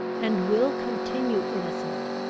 and will continue innocent.